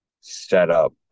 setup